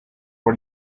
for